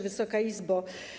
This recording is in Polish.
Wysoka Izbo!